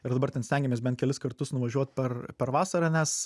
ir dabar ten stengiamės bent kelis kartus nuvažiuot per per vasarą nes